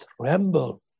tremble